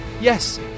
Yes